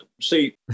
See